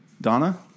Donna